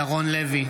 בעד ירון לוי,